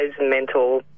mental